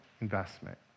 investment